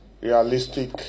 realistic